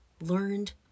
learned